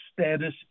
status